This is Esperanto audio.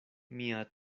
mia